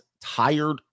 tired